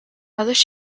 although